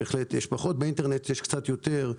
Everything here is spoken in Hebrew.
בהחלט באינטרנט יש קצת יותר,